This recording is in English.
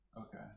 Okay